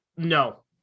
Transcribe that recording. no